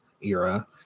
era